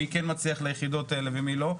מי כן מצליח להגיע ליחידות האלה ומי לא,